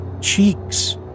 cheeks